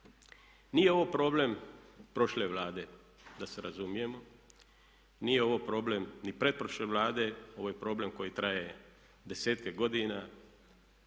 Nije ovo problem prošle Vlade, da se razumijemo, nije ovo problem ni pretprošle Vlade, ovo je problem koji traje desetke godina.